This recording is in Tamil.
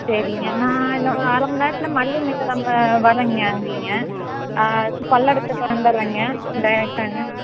சரிங்க நான் இன்னும் ஒரு அரை மணிநேரத்துல மல்லி மில்லு நம்ம வரைங்க அங்கேயேங்க சு பல்லடத்துக்கு வந்துடுறேங்க டேரக்டாங்க